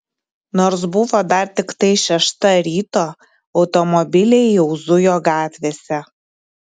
nors buvo dar tiktai šešta ryto automobiliai jau zujo gatvėse